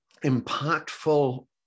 impactful